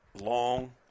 long